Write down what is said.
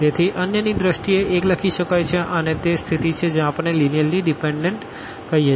તેથી અન્યની દ્રષ્ટિએ 1 લખી શકાય છે અને તે તે સ્થિતિ છે જ્યાં આપણે લીનીઅર્લી ડીપેનડન્ટ કહીએ છીએ